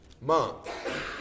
Month